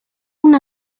una